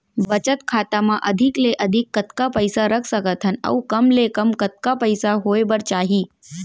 बचत खाता मा अधिक ले अधिक कतका पइसा रख सकथन अऊ कम ले कम कतका पइसा होय बर चाही?